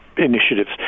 Initiatives